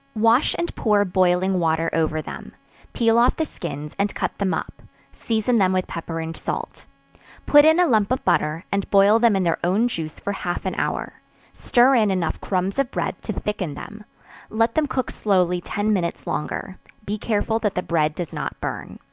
wash and pour boiling water over them peel off the skins, and cut them up season them with pepper and salt put in a lump of butter, and boil them in their own juice for half an hour stir in enough crumbs of bread to thicken them let them cook slowly ten minutes longer be careful that the bread does not burn.